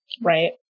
right